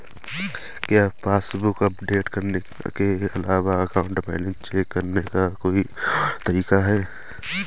क्या passbook update करने के अलावा अकाउंट बैलेंस चेक करने का कोई और तरीका है?